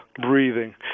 breathing